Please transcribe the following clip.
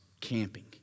camping